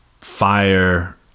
fire